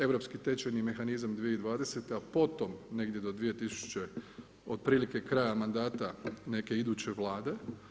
Europski tečajni mehanizam 2020. a potom negdje do 2000. otprilike kraja mandata neke iduće Vlade.